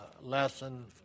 lesson